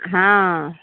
हँ